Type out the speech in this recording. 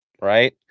Right